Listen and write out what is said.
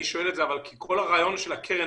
אבל אני שואל את זה כי כל הרעיון של הקרן